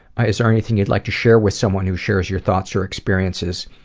ah is there anything you'd like to share with someone who shares your thoughts or experiences?